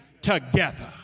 together